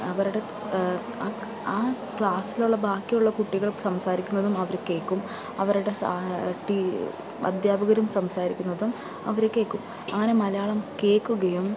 അവര്ടെ ആ ആ ക്ലാസ്സിലുള്ള ബാക്കി ഉള്ള കുട്ടികൾ സംസാരിക്കുന്നതും അവര് കേൾക്കും അവരുടെ സാ ടീ അധ്യാപകരും സംസാരിക്കുന്നതും അവര് കേൾക്കും അങ്ങനെ മലയാളം കേൾക്കുകയും